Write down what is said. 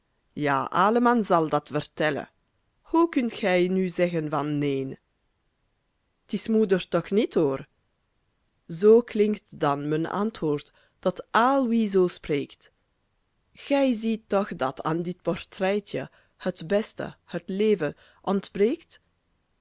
alleman zal dat vertellen hoe kunt gij nu zeggen van neen t is moeder toch niet hoor zoo klinkt dan mijn antwoord tot al wie zoo spreekt gij ziet toch dat aan dit portretje het beste het leven